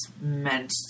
meant